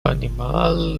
понимал